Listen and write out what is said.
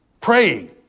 praying